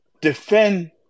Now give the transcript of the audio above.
defend